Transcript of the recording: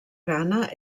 ghana